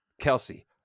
Kelsey